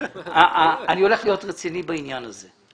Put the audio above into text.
אני הולך להיות רציני בעניין הזה.